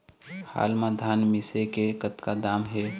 हाल मा धान मिसे के कतका दाम हे?